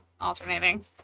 alternating